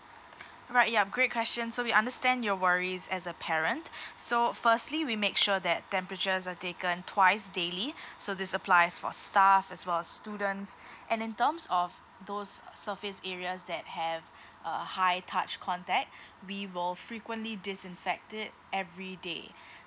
right yup great question so we understand your worries as a parent so firstly we make sure that temperatures are taken twice daily so this applies for staff as well as students and in terms of those uh surface areas that have uh high touch contact we will frequently disinfect it every day